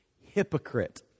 Hypocrite